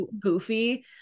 goofy